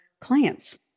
clients